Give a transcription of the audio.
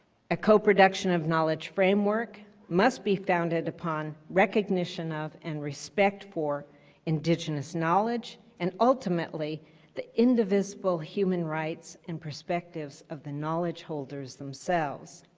a coproduction of knowledge framework must be founded upon recognition of and respect for indigenous knowledge and ultimately the indivisible human rights and perspective of the knowledge holders themselves.